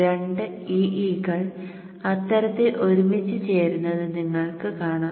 രണ്ട് E E കൾ അത്തരത്തിൽ ഒരുമിച്ചു ചേരുന്നത് നിങ്ങൾക്ക് കാണാം